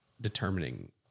determining